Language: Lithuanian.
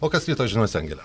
o kas ryto žiniose angele